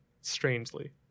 strangely